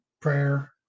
prayer